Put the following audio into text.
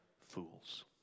fools